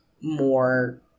more